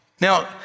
Now